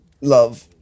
love